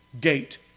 gate